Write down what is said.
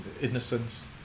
innocence